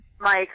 Mike